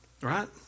right